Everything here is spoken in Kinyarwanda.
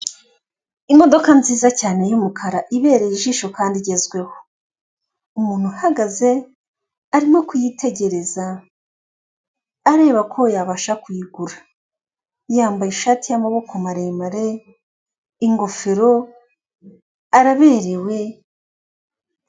Imodoka nziza cyane y'umukara ibereye ijisho kandi igezweho umuntu uhagaze arimo kuyitegereza areba ko yabasha kuyigura yambaye ishati y'amaboko maremare ingofero araberewe.